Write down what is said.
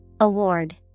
Award